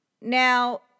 Now